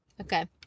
Okay